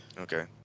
Okay